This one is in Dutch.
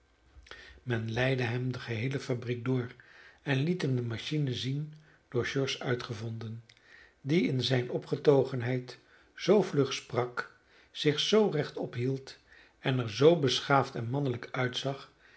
men leidde hem de geheele fabriek door en liet hem de machine zien door george uitgevonden die in zijne opgetogenheid zoo vlug sprak zich zoo rechtop hield en er zoo beschaafd en mannelijk uitzag